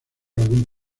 algún